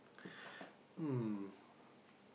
hmm